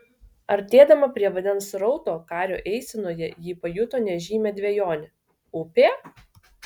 artėdama prie vandens srauto kario eisenoje ji pajuto nežymią dvejonę upė